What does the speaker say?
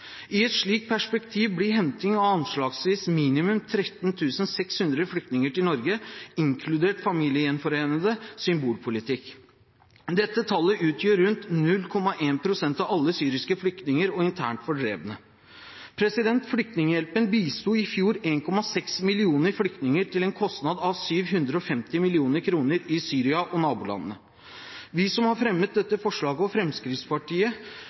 I et slikt perspektiv blir henting av anslagsvis minimum 13 600 flyktninger til Norge, inkludert familiegjenforente, symbolpolitikk. Dette tallet utgjør rundt 0,1 av alle syriske flyktninger og internt fordrevne. Flyktninghjelpen bisto i fjor 1,6 millioner flyktninger til en kostnad av 750 mill. kr i Syria og nabolandene. Vi som har fremmet dette forslaget, og Fremskrittspartiet,